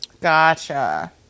gotcha